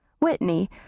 Whitney